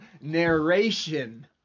narration